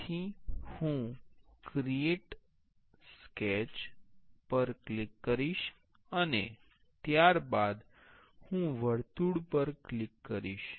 તેથી હું create a sketch પર ક્લિક કરીશ અને ત્યારબાદ હું વર્તુળ પર ક્લિક કરીશ